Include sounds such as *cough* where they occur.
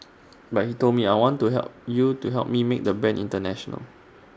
*noise* but he told me I want help you to help me make the *noise* brand International